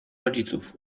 rodziców